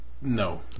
No